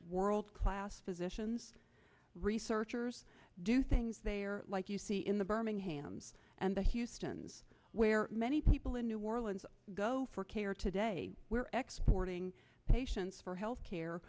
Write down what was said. world class physicians researchers do things there like you see in the birmingham's and the houstons where many people in new orleans go for care today we're exploiting patients for health care